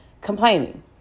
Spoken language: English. complaining